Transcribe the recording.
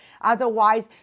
Otherwise